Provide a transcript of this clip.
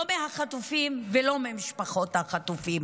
לא מהחטופים ולא ממשפחות החטופים.